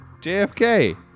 JFK